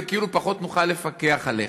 וכאילו פחות נוכל לפקח עליך,